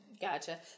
Gotcha